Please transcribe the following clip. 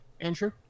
Andrew